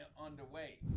underway